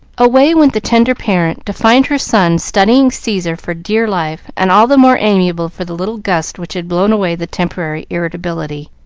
away went the tender parent to find her son studying caesar for dear life, and all the more amiable for the little gust which had blown away the temporary irritability.